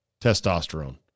testosterone